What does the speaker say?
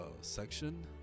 section